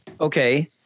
Okay